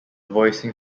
voicing